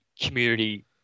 community